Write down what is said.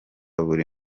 buri